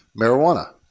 marijuana